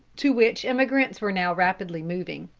to which emigrants were now rapidly moving.